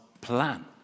plan